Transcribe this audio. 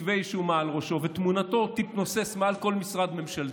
כתבי אישום מעל ראשו ותמונתו תתנוסס מעל כל משרד ממשלתי,